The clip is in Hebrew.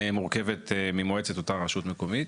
מורכבת ממועצת אותה רשות מקומית,